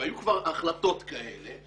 והיו כבר החלטות כאלה,